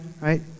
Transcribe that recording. right